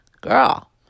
girl